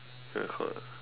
record ah